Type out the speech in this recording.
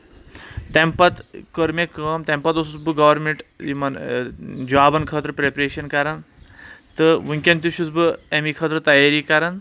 تمہِ پتہٕ کٔر مےٚ کٲم تَمہِ پَتہٕ اوسُس بہٕ گورمنٹ یِمن جابن خٲطرٕ پریپریشن کران تہٕ وٕنکیٚن تہِ چھُس بہٕ امے خٲطرٕ تیٲری کران